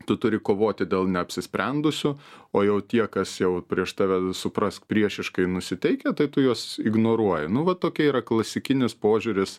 tu turi kovoti dėl neapsisprendusių o jau tie kas jau prieš tave suprask priešiškai nusiteikę tai tu juos ignoruoji nu va tokia yra klasikinis požiūris